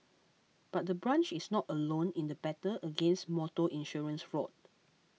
but the branch is not alone in the battle against motor insurance fraud